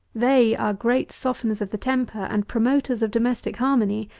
they are great softeners of the temper, and promoters of domestic harmony.